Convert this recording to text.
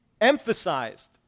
emphasized